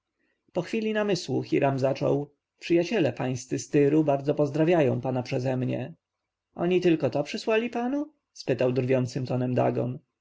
po chwili namysłu hiram zaczął przyjaciele pańscy z tyru bardzo pozdrawiają pana przeze mnie oni mi tylko to przysłali spytał drwiącym tonem